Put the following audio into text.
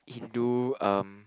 Hindu um